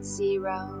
zero